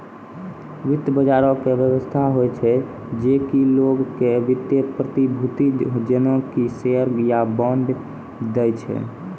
वित्त बजारो के व्यवस्था होय छै जे कि लोगो के वित्तीय प्रतिभूति जेना कि शेयर या बांड दै छै